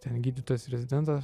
ten gydytojas rezidentas aš